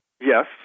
Yes